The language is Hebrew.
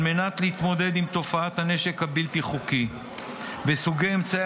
על מנת להתמודד עם תופעת הנשק הבלתי-חוקי ועם סוגי אמצעי